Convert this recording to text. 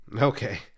Okay